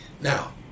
Now